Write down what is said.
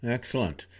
Excellent